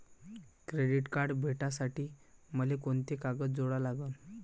Credit card भेटासाठी मले कोंते कागद जोडा लागन?